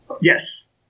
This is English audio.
yes